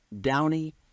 downy